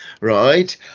Right